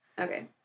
Okay